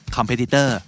Competitor